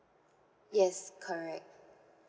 yes correct